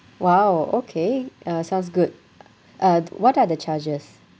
!wow! okay uh sounds good uh what are the charges